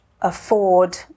afford